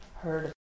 heard